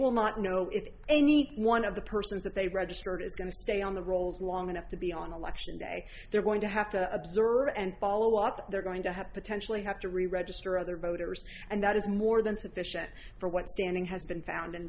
will not know if any one of the persons that they registered is going to stay on the rolls long enough to be on election day they're going to have to observe and follow up they're going to have potentially have to reregister other voters and that is more than sufficient for what standing has been found in